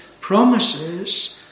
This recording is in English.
promises